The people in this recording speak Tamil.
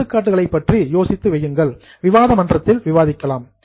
எடுத்துக்காட்டுகளை பற்றி யோசித்து வையுங்கள் டிஸ்கஷன் போரம் விவாத மன்றத்தில் விவாதிக்கலாம்